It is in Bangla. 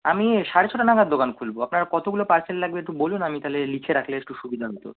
আমি সাড়ে ছটা নাগাদ দোকান খুলব আপনার কতগুলো পার্সেল লাগবে একটু বলুন আমি তাহলে লিখে রাখলে একটু সুবিধা হতো